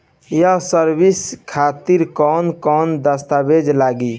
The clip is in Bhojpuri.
ये सर्विस खातिर कौन कौन दस्तावेज लगी?